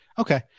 Okay